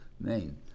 Name